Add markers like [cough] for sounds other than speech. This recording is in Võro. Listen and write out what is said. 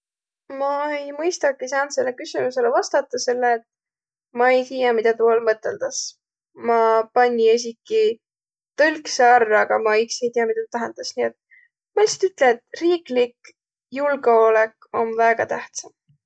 Ma ei mõistaki sääntsele küsümüsele vastata, selle et ma-i tiiäq, midä tuu all mõtõldas. Ma [hesitation] panni esiki, tõlksõ ärq, aga ma iks ei tiiäq, midä tuu tähendäs, nii et ma lihtsalt ütle, et riiklik julgõolõk om väega tähtsä.